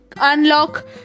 unlock